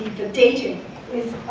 the dating is